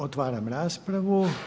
Otvaram raspravu.